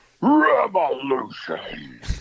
Revolution